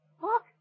Look